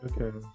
Okay